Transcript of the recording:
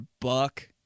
buck